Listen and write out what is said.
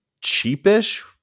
cheapish